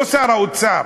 לא שר האוצר,